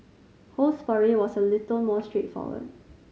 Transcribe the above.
Ho's foray was a little more straightforward